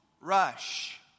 rush